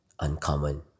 uncommon